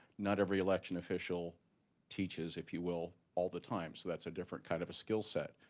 not every election official teaches, if you will, all the time. so that's a different kind of a skill set.